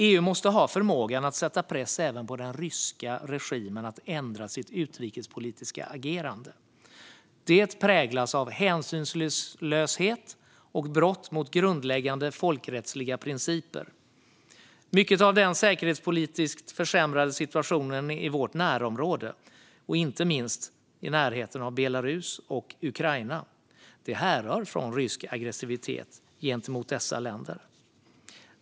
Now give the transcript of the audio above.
EU måste ha förmågan att sätta press även på den ryska regimen att ändra sitt utrikespolitiska agerande. Det präglas av hänsynslöshet och brott mot grundläggande folkrättsliga principer. Mycket av den säkerhetspolitiskt försämrade situationen i vårt närområde, inte minst vid Belarus och Ukraina, härrör från rysk aggressivitet gentemot dessa länder.